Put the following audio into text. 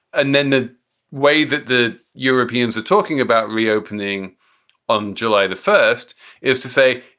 and then the way that the europeans are talking about reopening on july the first is to say,